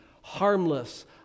harmless